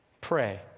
pray